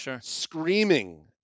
screaming